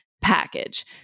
package